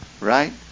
Right